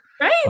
Right